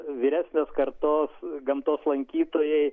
vyresnės kartos gamtos lankytojai